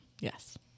yes